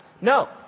No